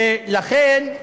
ולכן,